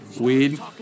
weed